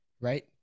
right